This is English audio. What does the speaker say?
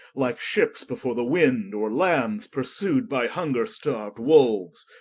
like ships before the winde, or lambes pursu'd by hunger-starued wolues.